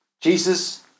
Jesus